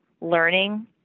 learning